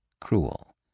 cruel